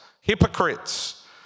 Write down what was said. hypocrites